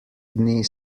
dni